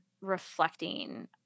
reflecting